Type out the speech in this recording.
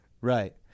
right